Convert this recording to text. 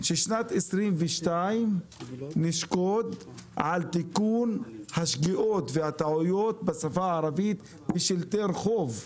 ששנת 2022 נשקוד על תיקון השגיאות והטעויות בשפה הערבית בשלטי הרחוב.